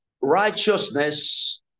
righteousness